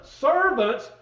servants